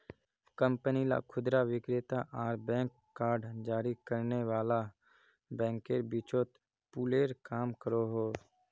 company ला खुदरा विक्रेता आर बैंक कार्ड जारी करने वाला बैंकेर बीचोत पूलेर काम करोहो